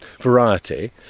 variety